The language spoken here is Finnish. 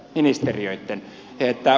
onko tämmöistä